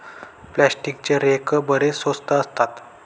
प्लास्टिकचे रेक बरेच स्वस्त असतात